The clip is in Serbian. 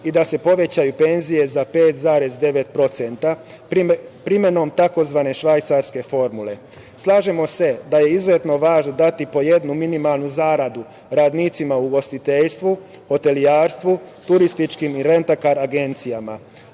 i da se povećaju penzije za 5,9% primenom tzv. švajcarske formule. Slažemo se da je izuzetno važno dati po jednu minimalnu zaradu radnicima u ugostiteljstvu, hotelijerstvu, turističkim i rentakar agencijama.